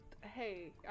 Hey